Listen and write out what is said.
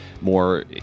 more